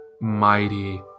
mighty